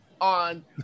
on